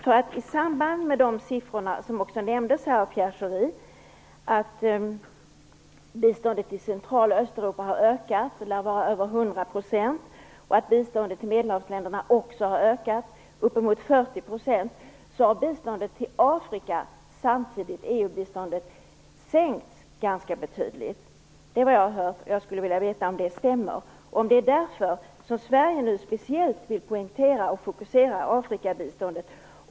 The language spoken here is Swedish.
En del siffror som också nämndes av Pierre Schori visar att biståndet i Centraloch Östeuropa har ökat - det lär vara med över 100 %- och att biståndet till Medelhavsländerna också har ökat med upp mot 40 % samtidigt som EU-biståndet till Afrika sänkts ganska betydligt. Det är vad jag har hört. Jag skulle vilja veta om det stämmer. Är det därför Sverige nu speciellt vill poängtera och fokusera Afrikabiståndet?